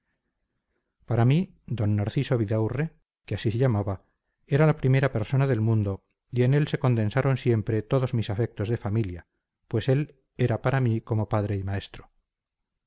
para mí d narciso vidaurre que así se llamaba era la primera persona del mundo y en él se condensaron siempre todos mis afectos de familia pues él era para mí como padre y maestro